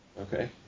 Okay